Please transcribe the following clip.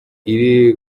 iri